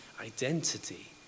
identity